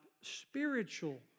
spiritual